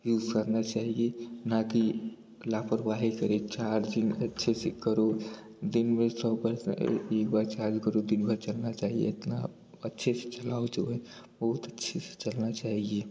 use करना चाहिए ना कि लापरवाही करे चार्जिंग अच्छे से करो दिन में सौ परसेंय एक बार चार्ज करो दिनभर चलना चाहिए इतना अच्छे से चलाओ जो है बहुत अच्छे से चलना चाहिए